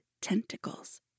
tentacles